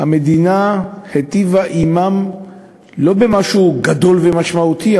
המדינה היטיבה עמם לא במשהו גדול ומשמעותי,